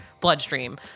bloodstream